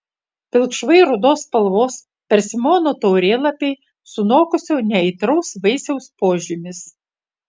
pilkšvai rudos spalvos persimono taurėlapiai sunokusio neaitraus vaisiaus požymis